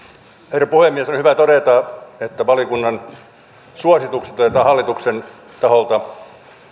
herra puhemies on hyvä todeta että valiokunnan suositukset otetaan hallituksen taholta näin